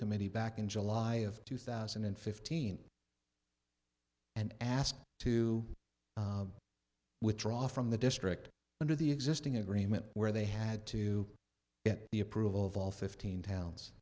committee back in july of two thousand and fifteen and asked to withdraw from the district under the existing agreement where they had to get the approval of all fifteen